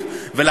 שלנו בארץ שלנו.